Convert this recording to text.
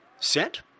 Set